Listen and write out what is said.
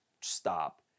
stop